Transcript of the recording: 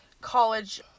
college